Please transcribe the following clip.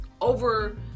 over